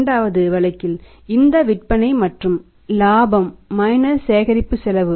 இரண்டாவது வழக்கில் இழந்த விற்பனை மற்றும் இலாபம் மைனஸ் சேகரிப்பு செலவு